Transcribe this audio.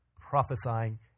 prophesying